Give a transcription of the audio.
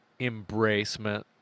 embracement